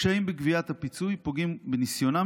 קשיים בגביית הפיצוי פוגעים בניסיונם